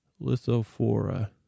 Lithophora